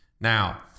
Now